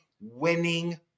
winning